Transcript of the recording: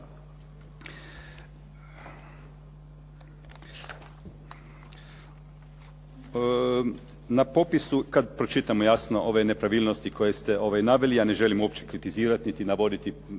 Na popisu, kad pročitamo jasno ove nepravilnosti koje ste naveli, ja ne želim uopće kritizirati niti navoditi